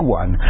one